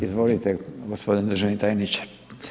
Izvolite gospodine državni tajniče.